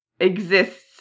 exists